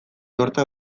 hortzak